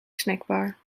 snackbar